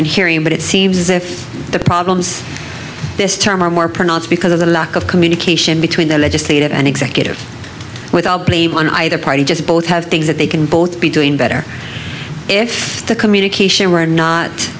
been hearing but it seems as if the problems this time are more pronounced because of the lack of communication between the legislative and executive without blame on either party just both have things that they can both be doing better if the communication were not